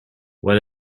why